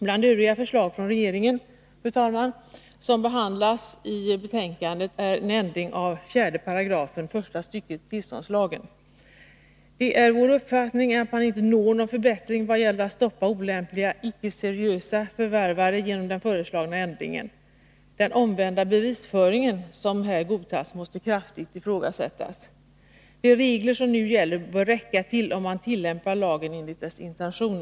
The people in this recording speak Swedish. Bland övriga förslag från regeringen som behandlas i betänkandet är ändring av 4 § första stycket tillståndslagen. Det är vår uppfattning att man inte når någon förbättring när det gäller att stoppa olämpliga icke seriösa förvärvare genom den föreslagna ändringen. Den omvända bevisföring som här godtas måste kraftigt ifrågasättas. De regler som nu gäller bör räcka till, om man tillämpar lagen enligt dess intention.